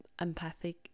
empathic